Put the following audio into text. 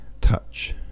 touch